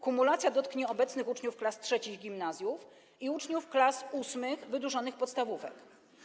Kumulacja dotknie obecnych uczniów klas III gimnazjów i uczniów klas VIII wydłużonych podstawówek.